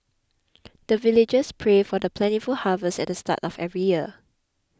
the villagers pray for the plentiful harvest at the start of every year